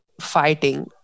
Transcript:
fighting